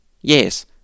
Yes